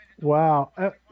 Wow